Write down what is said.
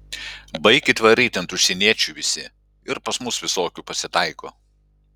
baikit varyt ant užsieniečių visi ir pas mus visokių pasitaiko